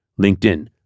LinkedIn